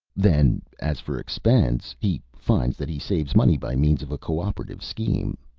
then, as for expense, he finds that he saves money by means of a co-operative scheme.